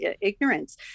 ignorance